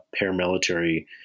paramilitary